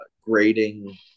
grading